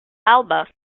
alba